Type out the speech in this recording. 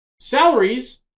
Salaries